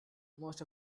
most